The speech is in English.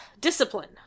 discipline